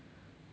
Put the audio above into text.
ya lor